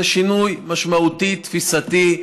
זה שינוי תפיסתי משמעותי.